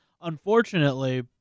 Unfortunately